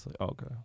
okay